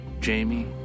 Jamie